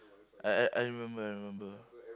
I I I remember I remember